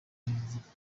ribivuga